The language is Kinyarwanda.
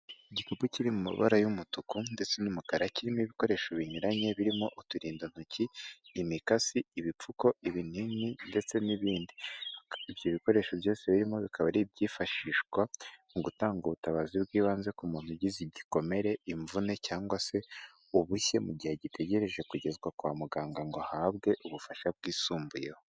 Igikapu kiri mu mabara y'umutuku ndetse n'umukara, kirimo ibikoresho binyuranye birimo uturindantoki, imikasi, ibipfuko, ibinini ndetse n'ibindi. Ibyo bikoresho byose birimo, bikaba ari byifashishwa mu gutanga ubutabazi bw'ibanze ku muntu ugize igikomere, imvune cyangwa se ubushye mu gihe agitegereje kugezwa kwa muganga ngo ahabwe ubufasha bwisumbuyeho.